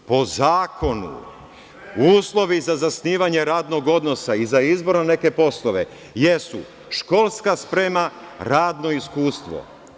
Po zakonu, uslovi za zasnivanje radnog odnosa i za izbor nekih poslova jesu školska sprema, radno iskustvo.